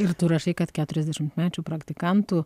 ir tu rašai kad keturiasdešimtmečių praktikantų